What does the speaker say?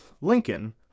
Lincoln